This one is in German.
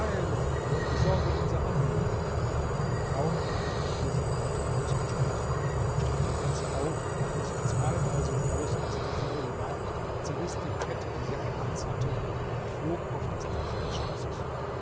besorge unser anliegen kaum hatte ich diese worte ausgesprochen stand die katze auf und machte sich zweimal so groß als die säule war zerriß die kette die sie am hals hatte und flog auf das dach des schlosses